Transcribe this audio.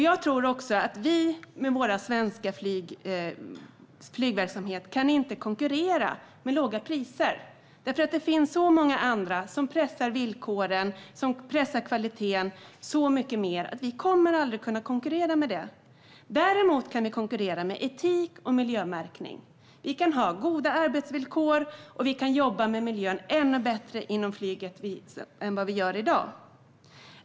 Jag tror också att vi med vår svenska flygverksamhet inte kan konkurrera med låga priser. Det finns så många andra som pressar villkoren och kvaliteten så mycket mer att vi aldrig kommer att kunna konkurrera med det. Däremot kan vi konkurrera med etik och miljömärkning. Vi kan ha goda arbetsvillkor och jobba ännu bättre med miljön inom flyget än vi gör i dag.